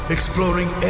Exploring